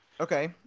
okay